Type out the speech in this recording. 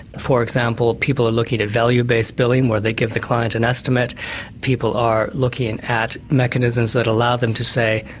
for example, people are looking at value-based billing, where they give the client an and estimate people are looking at mechanisms that allow them to say,